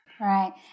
Right